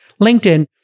LinkedIn